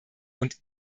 und